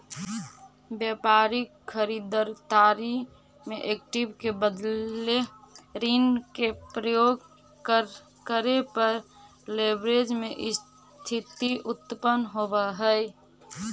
व्यापारिक खरीददारी में इक्विटी के बदले ऋण के प्रयोग करे पर लेवरेज के स्थिति उत्पन्न होवऽ हई